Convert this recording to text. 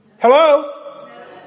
Hello